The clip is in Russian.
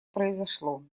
произошло